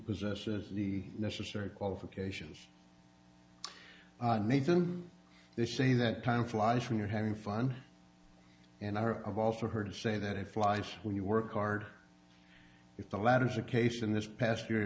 possesses the necessary qualifications and needs and they say that time flies when you're having fun and i have also heard say that it flies when you work hard if the latter is a case in this past year